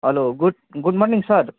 hello good good morning sir